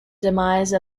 demise